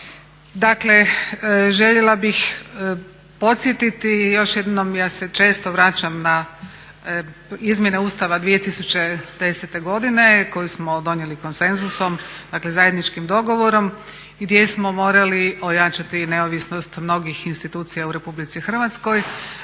Dakle, željela bih podsjetiti i još jednom ja se često vraćam na izmjene Ustava 2010. koju smo donijeli konsenzusom, dakle zajedničkim dogovorom gdje smo morali ojačati neovisnost mnogih institucija u RH na naravno